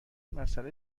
مسئله